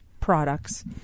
products